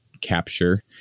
capture